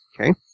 Okay